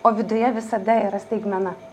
o viduje visada yra staigmena